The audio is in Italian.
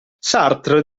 sartre